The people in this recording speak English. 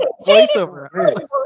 voiceover